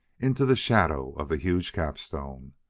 into the shadow of huge capstone.